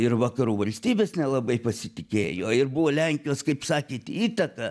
ir vakarų valstybės nelabai pasitikėjo ir buvo lenkijos kaip sakėt įtaka